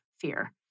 fear